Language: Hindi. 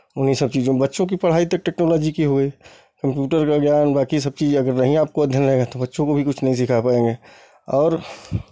उन्हीं सब चीज़ों में बच्चों की पढ़ाई तक टेक्नोलॉजी की हो गई कम्प्यूटर का ज्ञान बाँकी सब चीज़ अगर नहीं आपको अध्ययन है तो बच्चों को भी नहीं कुछ सिखा पाएंगे और